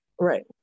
right